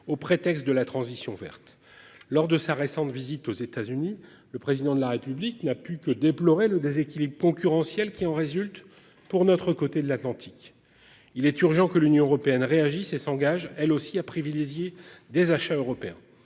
au prétexte de la transition verte lors de sa récente visite aux États-Unis, le président de la République n'a pu que déplorer le déséquilibre concurrentiel qui en résultent pour notre côté de l'Atlantique. Il est urgent que l'Union européenne réagisse et s'engage, elle aussi a privilégié des achats européens